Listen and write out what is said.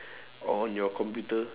or on your computer